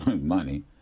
money